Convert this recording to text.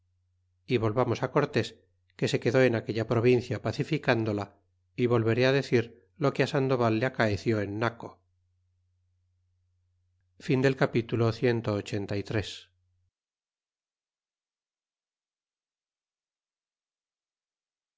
y volvamos cortés que se quedó en aquella provincia pacificándola y volveré decir lo que sandoval le acaeció en naco capitulo clxxxiv